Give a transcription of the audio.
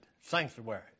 sanctuary